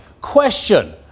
question